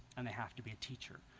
and they have to be a teacher